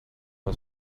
now